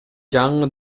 жаңы